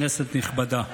כנסת נכבדה,